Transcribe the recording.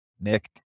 Nick